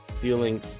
dealing